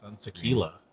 tequila